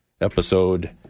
episode